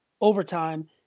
Overtime